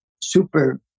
super